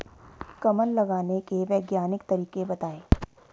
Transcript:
कमल लगाने के वैज्ञानिक तरीके बताएं?